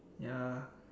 ya